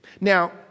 Now